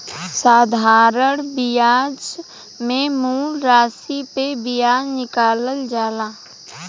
साधारण बियाज मे मूल रासी पे बियाज निकालल जाला